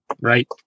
right